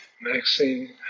Maxine